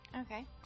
Okay